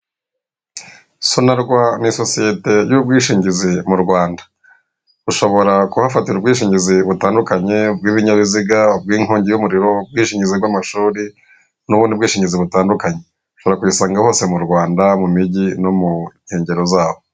Sonarwa ni sosiyete y'ubwishingizi mu Rwanda, ushobora kuhafatara ubwishingizi butandukanye, bw'ibinyabiziga, bw'inkongi y'umuriro, ubwishingizi bw'amashuri, n'ubundi bwishingizi butandukanye, ushobora kubasanga hose mu Rwanda mu mijyi no mu nkengero zaho.